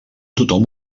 tothom